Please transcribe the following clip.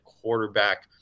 quarterback